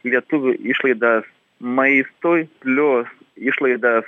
lietuvių išlaidas maistui plius išlaidas